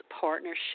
partnership